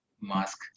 mask